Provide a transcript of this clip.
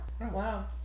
Wow